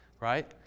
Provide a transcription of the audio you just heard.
Right